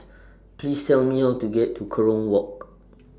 Please Tell Me How to get to Kerong Walk